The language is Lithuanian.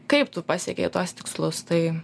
kaip tu pasiekei tuos tikslus tai